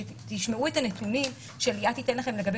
כשתשמעו את הנתונים שליאת תיתן לכם לגבי